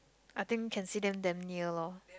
I think can see them damn near lor